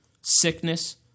sickness